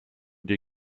die